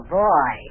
boy